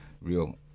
real